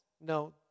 no